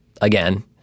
Again